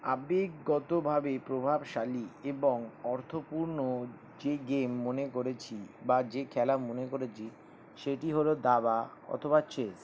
আবেগগতভাবে প্রভাবশালী এবং অর্থপূর্ণ যে গেম মনে করেছি বা যে খেলা মনে করেছি সেটি হলো দাবা অথবা চেস